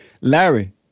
Larry